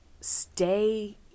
stay